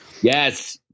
Yes